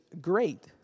great